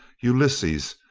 ulysses,